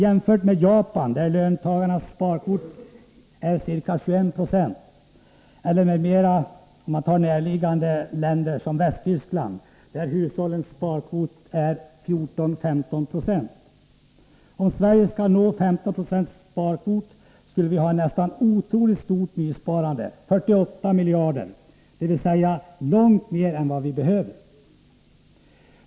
Jämför med Japan, där löntagarnas sparkvot är ca 2120, eller med det mer näraliggande Västtyskland, där hushållens sparkvot är 14-15 96! Om Sverige kunde uppnå 15 0 sparkvot, skulle vi få ett nästan otroligt stort nysparande, nämligen 48 miljarder, dvs. långt mer än vad vi behöver.